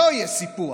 לא יהיה סיפוח.